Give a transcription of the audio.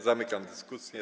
Zamykam dyskusję.